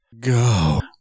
go